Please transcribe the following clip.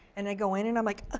and i go in and i'm like,